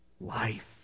life